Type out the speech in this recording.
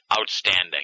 Outstanding